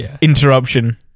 interruption